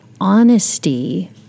honesty